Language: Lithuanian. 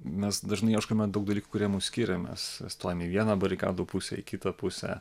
mes dažnai ieškome daug dalykų kurie mus skiria mes stojame į vieną barikadų pusę į kitą pusę